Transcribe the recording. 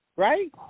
Right